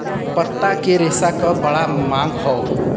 पत्ता के रेशा क बड़ा मांग हौ